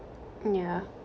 yeah